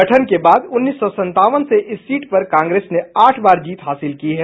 गठन के बाद उन्नीस सौ संतावन से इस सीट पर कांग्रेस ने आठ बार जीत हासिल की है